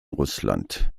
russland